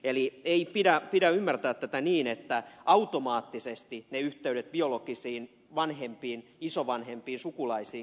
eli ei pidä ymmärtää tätä niin että automaattisesti ne yhteydet biologisiin vanhempiin isovanhempiin sukulaisiin katkeavat